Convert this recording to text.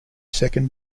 second